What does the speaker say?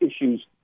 issues